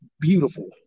beautiful